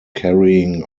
carrying